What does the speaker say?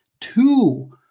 two